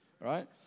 right